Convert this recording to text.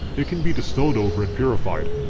it can be distilled over and purified.